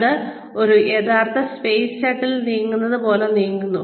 അത് ഒരു യഥാർത്ഥ സ്പേസ് ഷട്ടിൽ നീങ്ങുന്നത് പോലെ നീങ്ങുന്നു